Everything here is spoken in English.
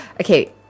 okay